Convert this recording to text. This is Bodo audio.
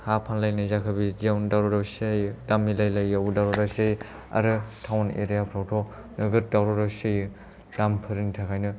हा फानलायनाय जाखो बिदियावनो दावराव दावसि जायो दाम मिलाय लायैयावबो दावराव दावसि जायो आरो टाउन एरियाफ्रावथ' नोगोद दावराव दावसि जायो दामफोरनि थाखायनो